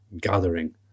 gathering